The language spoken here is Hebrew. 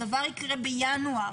הדבר יקרה בינואר.